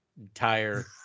entire